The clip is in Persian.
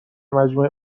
مجمع